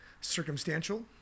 circumstantial